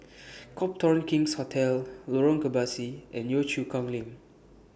Copthorne King's Hotel Lorong Kebasi and Yio Chu Kang LINK